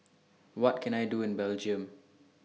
What Can I Do in Belgium